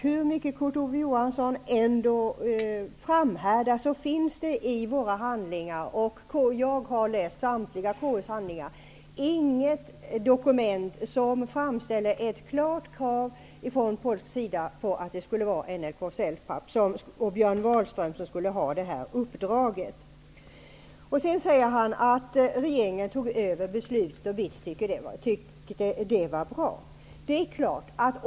Hur mycket Kurt Ove Johansson än framhärdar finns det i våra handlingar -- jag har läst samtliga KU:s handlingar -- inget dokument som framställer ett klart krav från polsk sida på att NLK-Celpapp och Björn Wahlström skulle ha uppdraget. Kurt Ove Johansson säger att regeringen tog över beslutet och att BITS tyckte att det var bra.